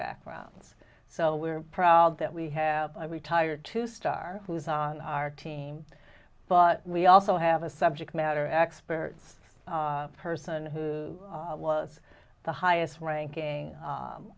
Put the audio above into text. backgrounds so we're proud that we have a retired two star who's on our team but we also have a subject matter experts person who was the highest ranking